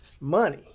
Money